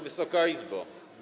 Wysoka Izbo!